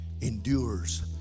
endures